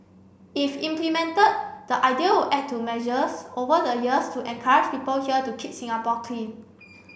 if implemented the idea add to measures over the years to encourage people here to keep Singapore clean